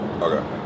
Okay